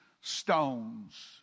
stones